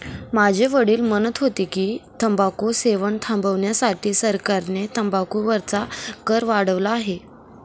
माझे वडील म्हणत होते की, तंबाखू सेवन थांबविण्यासाठी सरकारने तंबाखू वरचा कर वाढवला आहे